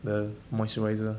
the moisturiser